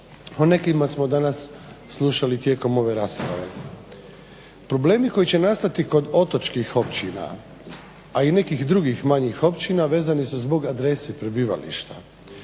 O nekima smo danas slušali tijekom ove rasprave. Problemi koji će nastati kod otočkih općina a i nekih drugih manjih općina vezane su zbog adrese prebivališta.